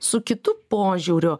su kitu požiūriu